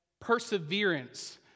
perseverance